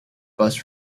bus